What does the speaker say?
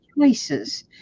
choices